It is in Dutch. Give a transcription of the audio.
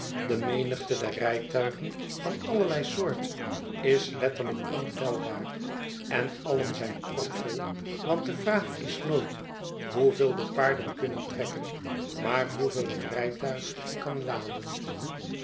de menigte der rijtuigen van allerlei soort is letter lijk ontelbaar en alien zijn propvol want de vraag is nooit hoeveel de paarden kunnen trekken maar hoeveel het rijtuig kan laden